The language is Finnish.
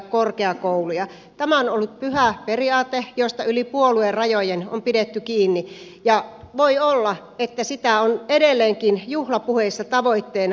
tämä on ollut pyhä periaate josta yli puoluerajojen on pidetty kiinni ja voi olla että se on edelleenkin juhlapuheissa tavoitteena